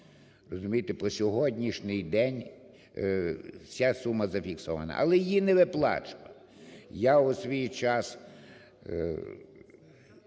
розумієте? По сьогоднішній день вся сума зафіксована, але її не виплачували. Я у свій час